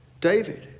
David